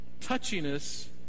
touchiness